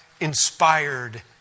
inspired